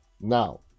Now